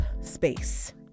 space